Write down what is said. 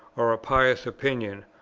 or a pious opinion,